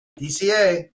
DCA